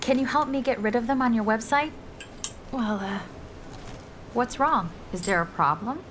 can you help me get rid of them on your website oh what's wrong is there a problem